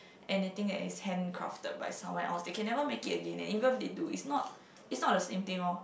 anything that is handcrafted by someone else they can never make it again leh even if they do it's not it's not the same thing orh